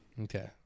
Okay